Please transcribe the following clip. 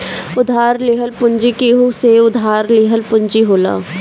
उधार लेहल पूंजी केहू से उधार लिहल पूंजी होला